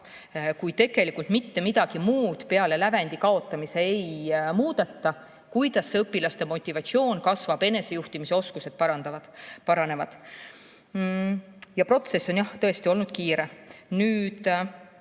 kui tegelikult mitte midagi muud peale lävendi kaotamise ei muudeta. Kuidas õpilaste motivatsioon kasvab, enesejuhtimise oskused paranevad? Protsess on jah tõesti olnud kiire. Palun